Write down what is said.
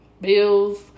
Bills